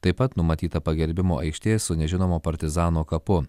taip pat numatyta pagerbimo aikštė su nežinomo partizano kapu